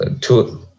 two